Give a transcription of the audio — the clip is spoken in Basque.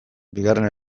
bigarren